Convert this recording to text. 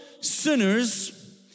sinners